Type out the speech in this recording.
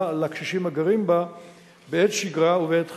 לקשישים הגרים בה בעת שגרה ובעת חירום.